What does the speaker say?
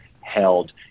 held